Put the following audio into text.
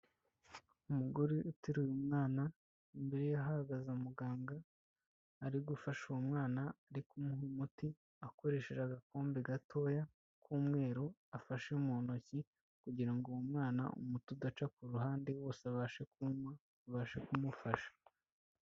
Umugore uterura umwana, imbere hahagaze umuganga ari gufasha uwo mwana ari kumuha umuti akoresheje agakombe gatoya k'umweru afashe mu ntoki kugira ngo uwo mwana umuti udaca ku ruhande wose abashe kunywa, ubashe kumufasha.